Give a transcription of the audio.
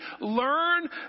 Learn